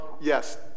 Yes